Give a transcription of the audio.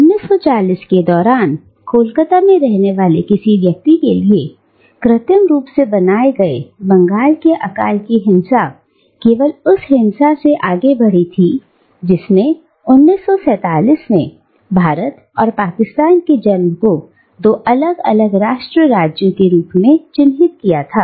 दरअसल 1940 के दौरान कोलकाता में रहने वाले किसी व्यक्ति के लिए कृत्रिम रूप से बनाए गए बंगाल के अकाल की हिंसा केवल उस हिंसा से आगे बढ़ी थीजिसने 1947 में भारत और पाकिस्तान के जन्म को दो अलग अलग राष्ट्र राज्यों के रूप में चिन्हित किया था